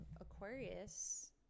Aquarius